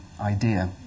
idea